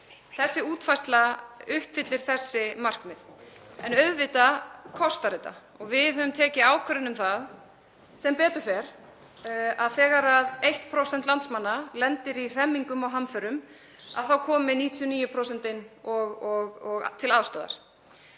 Þessi útfærsla uppfyllir þessi markmið en auðvitað kostar þetta sitt og við höfum tekið ákvörðun um það, sem betur fer, að þegar 1% landsmanna lendir í hremmingum og hamförum komi 99% til aðstoðar.